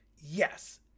Yes